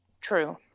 True